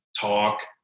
talk